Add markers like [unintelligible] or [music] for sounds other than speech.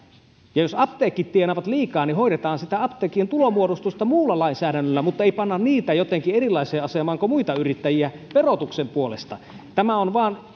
ja jos apteekit tienaavat liikaa niin hoidetaan sitä apteekkien tulonmuodostusta muulla lainsäädännöllä mutta ei panna niitä jotenkin erilaiseen asemaan kuin muita yrittäjiä verotuksen puolesta tämä on vain [unintelligible]